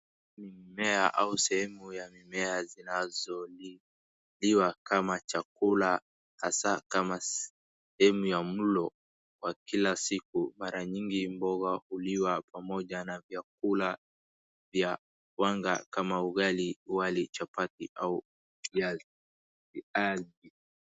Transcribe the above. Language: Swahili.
Mimea au sehemu ya mimea zinazoliwa kama chakula hasa kama sehemu ya mlo kwa kila siku. Mara nyingi mboga huliwa pamoja na vyakula vya wanga kama ugali, wali, chapati au viazi, viazi.